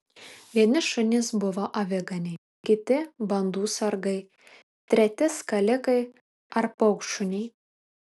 vieni šunys buvo aviganiai kiti bandų sargai treti skalikai ar paukštšuniai